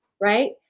right